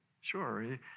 Sure